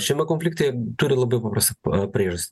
šiame konflikte turi labai paprasta pa priežastį